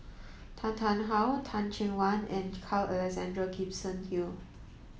Tan Tarn How Teh Cheang Wan and Carl Alexander Gibson Hill